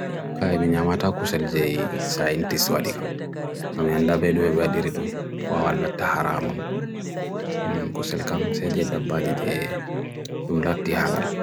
kaya binyamata kusel jai sain tiswadikam, kamianda bedume bwadiridum, wawalata haramun, kusel kamsa jai dabbadi jai dumlati halal.